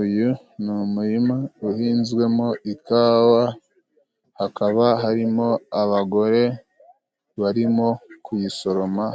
Uyu ni umurima uhinzwemo ikawa, hakaba harimo abagore barimo kuyisoroma,